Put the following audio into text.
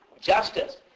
justice